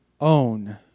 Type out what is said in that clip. own